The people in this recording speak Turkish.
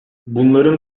bunların